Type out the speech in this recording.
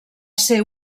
ser